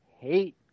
hate